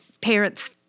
parents-